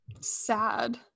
Sad